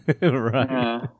Right